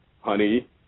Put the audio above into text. honey